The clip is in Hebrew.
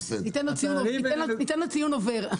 ניתן לו ציון עובר.